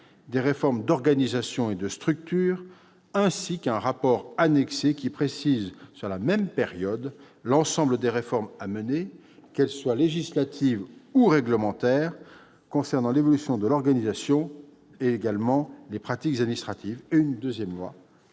des réformes d'organisation et de structures, ainsi qu'un rapport annexé précisant, sur la même période, l'ensemble des réformes à mener, qu'elles soient législatives ou réglementaires, concernant l'évolution de l'organisation et les pratiques administratives. La proposition